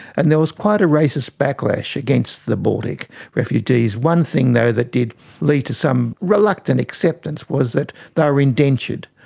and there was quite a racist backlash against the baltic refugees. one thing though that did lead to some reluctant acceptance was that they were indentured.